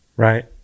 Right